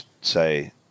say